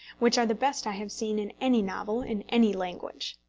which are the best i have seen in any novel in any language.